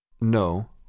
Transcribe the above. No